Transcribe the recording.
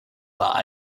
bar